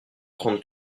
trente